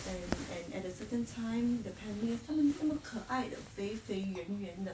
and and at a certain time the penguin 他们那么可爱的肥肥圆圆的